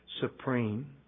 supreme